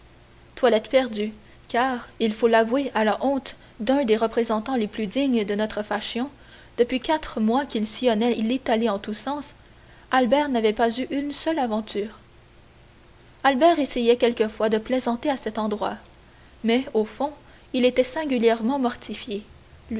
toilettes perdues car il faut l'avouer à la honte d'un des représentants les plus dignes de notre fashion depuis quatre mois qu'il sillonnait l'italie en tous sens albert n'avait pas eu une seule aventure albert essayait quelquefois de plaisanter à cet endroit mais au fond il était singulièrement mortifié lui